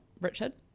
Richard